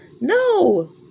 No